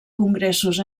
congressos